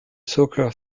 soccer